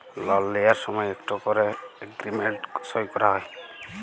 লল লিঁয়ার সময় ইকট ক্যরে এগ্রীমেল্ট সই ক্যরা হ্যয়